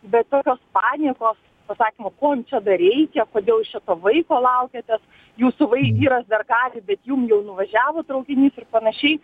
bet tokios paniekos pasakymo ko čia dar reikia kodėl šio vaiko laukiatės jūsų vai vyras dar gali bet jum jau nuvažiavo traukinys ir pananšiai